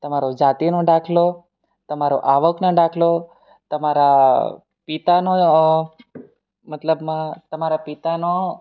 તમારો જાતિનો દાખલો તમારો આવકનો દાખલો તમારા પિતાનો મતલબમાં તમારા પિતાનો